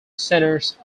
centers